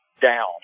down